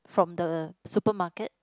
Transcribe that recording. from the supermarket